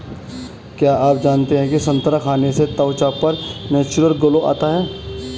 क्या आप जानते है संतरा खाने से त्वचा पर नेचुरल ग्लो आता है?